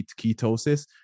ketosis